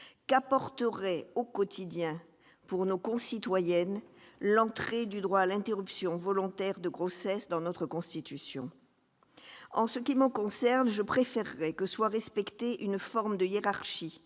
qu'apporterait à nos concitoyennes l'entrée du droit à l'interruption volontaire de grossesse dans notre Constitution ? Pour ce qui me concerne, je préférerais que soit respectée une forme de hiérarchie,